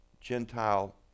Gentile